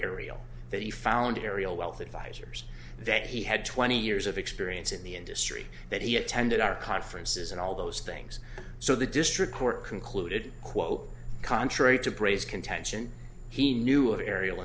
ariel that he found ariel wealth advisors that he had twenty years of experience in the industry that he attended our conferences and all those things so the district court concluded quote contrary to braise contention he knew of ari